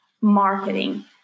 marketing